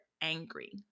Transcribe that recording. angry